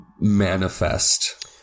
manifest